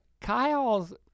Kyle's